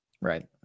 Right